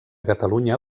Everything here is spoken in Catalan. catalunya